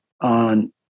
on